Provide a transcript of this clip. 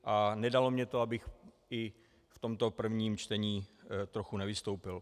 A nedalo mi to, abych i v tomto prvním čtení trochu nevystoupil.